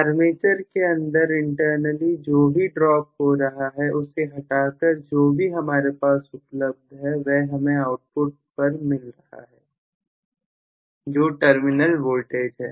armature के अंदर internet जो भी ड्रॉप हो रहा है उसे हटाकर जो भी हमारे पास उपलब्ध है वह हमें आउटपुट पर मिल रहा है जो टर्मिनल वोल्टेज है